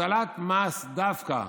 הטלת מס דווקא